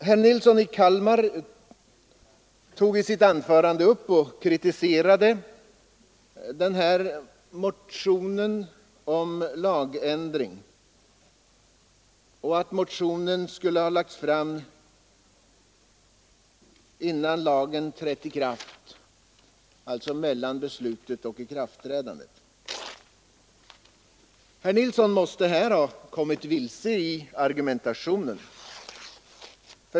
Herr Nilsson i Kalmar kritiserade i sitt anförande motionen och sade att den skulle ha lagts fram innan lagen trätt i kraft, alltså mellan beslutet och ikraftträdandet. Herr Nilsson måste här ha kommit vilse i argumentationen.